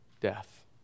Death